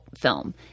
film